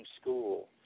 school